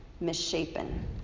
misshapen